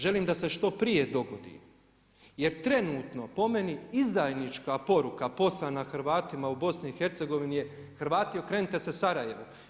Želim da se što prije dogodi jer trenutno po meni izdajnička poruka poslana Hrvatima u BiH je Hrvati okrenite se Sarajevu.